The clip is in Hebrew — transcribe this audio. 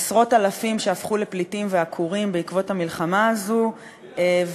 עשרות-אלפים שהפכו לפליטים ועקורים בעקבות המלחמה הזאת,